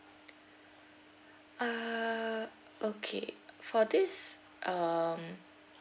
uh okay for this um